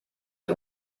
die